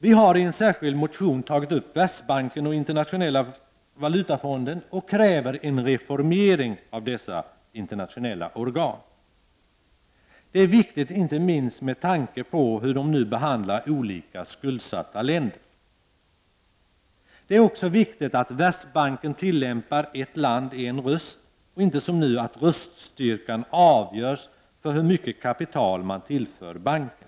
Vi har en särskild motion om Världsbanken och Internationella valutafonden. Vi kräver nämligen en reformering av dessa internationella organ. Det är viktigt, inte minst med tanke på hur dessa nu behandlar olika skuldsatta länder. Det är också viktigt att Världsbanken tillämpar systemet ett land — en röst. Det får inte vara som nu, att röststyrkan avgörs av hur mycket kapital man tillför banken.